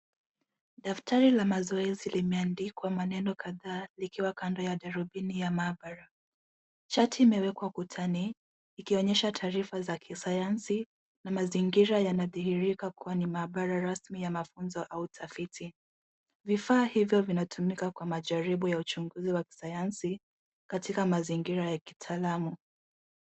Daftari la mazoezi limeandikwa maneno kadhaa likiwa kando ya darubini ya maabara. Chati imewekwa ukutani, ikionyesha taarifa za kisayansi, na mazingira yanadhihirika kuwa ni maabara rasmi ya mafunzo au utafiti. Vifaa hivyo vinatumika kwa majaribu ya uchunguzi wa kisayansi katika mazingira ya kitaalamu.